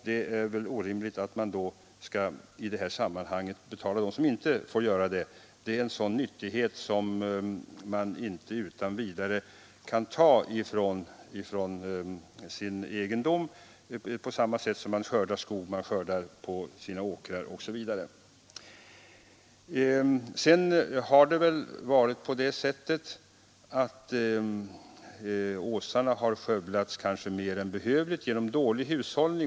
Det är då orimligt att betala ersättning till dem som inte får utnyttja sina grustillgångar. Grus är en sådan nyttighet som man inte utan vidare kan ta från sin egendom — på samma sätt som man skördar skog, skördar på sina åkrar osv. Åsarna har skövlats mer än behövligt genom dålig hushållning.